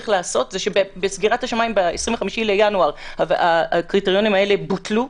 בסגירת השמיים ב-25 בינואר הקריטריונים האלה בוטלו.